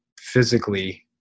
physically